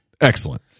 excellent